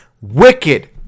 wicked